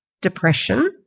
depression